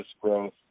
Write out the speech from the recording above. growth